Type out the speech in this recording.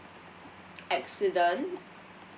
accident